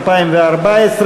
רזרבות),